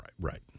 right